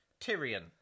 Tyrion